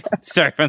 Sorry